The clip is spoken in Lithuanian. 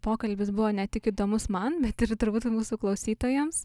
pokalbis buvo ne tik įdomus man bet ir turbūt mūsų klausytojams